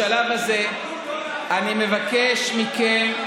בשלב הזה אני מבקש מכם,